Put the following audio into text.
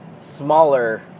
smaller